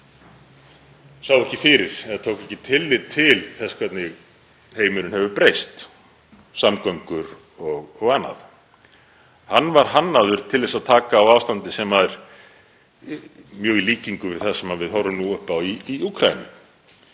sá ekki fyrir og tók ekki tillit til þess hvernig heimurinn hefur breyst, samgöngur og annað. Hann var hannaður til þess að taka á ástandi sem er mjög í líkingu við það sem við horfum nú upp á í Úkraínu